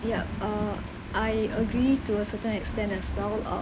ya uh I agree to a certain extent as well uh